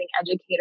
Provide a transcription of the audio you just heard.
educator